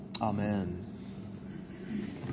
Amen